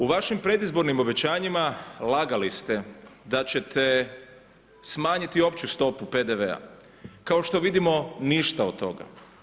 U vašim predizbornim obećanjima lagali ste da ćete smanjiti opću stopu PDV-a. kao što vidimo ništa od toga.